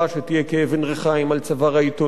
שתהיה כאבן ריחיים על צוואר העיתונות,